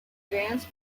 dance